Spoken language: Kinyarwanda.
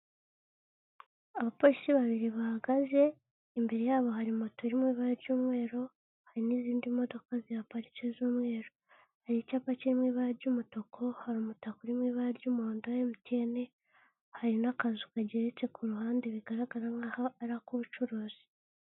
Abapolisi babiri bahagaze imbere yabo hari moto iri mu ibara ry'umweru hari n'izindi modoka zihaparike z'umweru hari icyapa kiri mu ibara ry'umutuku hari umutaka uri mu ibara ry'umuhondo wa emutiyene hari n'akazu kageratse ku ruhande bigaragara nk'aho ari ak'ubucuruzi.